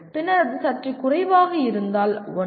பின்னர் அது சற்று குறைவாக இருந்தால் 1